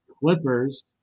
Clippers